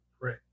Pray